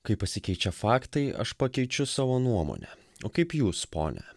kai pasikeičia faktai aš pakeičiu savo nuomonę o kaip jūs pone